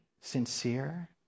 sincere